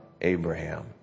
Abraham